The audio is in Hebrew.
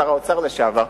שר האוצר לשעבר,